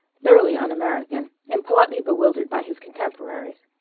thoroughly un-american, and politely bewildered by his contemporaries.